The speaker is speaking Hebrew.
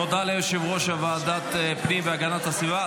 תודה ליושב-ראש ועדת הפנים והגנת הסביבה.